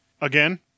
again